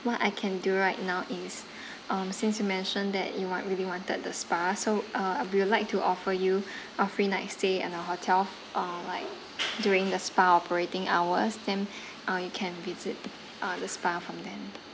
what I can do right now is um since you mentioned that you want really wanted the spa so uh we would like to offer you a free night stay at our hotel or like during the spa operating hours then uh you can visit uh the spa from then